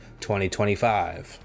2025